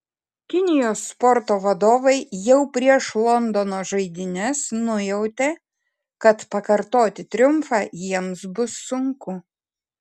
kinijos sporto vadovai jau prieš londono žaidynes nujautė kad pakartoti triumfą jiems bus sunku